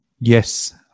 Yes